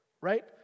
right